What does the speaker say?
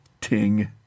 ting